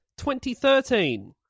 2013